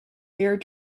mirror